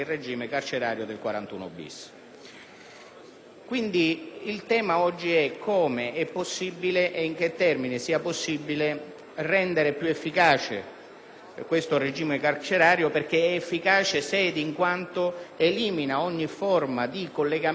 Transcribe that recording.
da affrontare oggi è come sia possibile, e in che termini sia possibile, rendere più efficace questo regime carcerario. Infatti, è efficace se e in quanto elimina ogni forma di collegamento tra il detenuto mafioso e le organizzazioni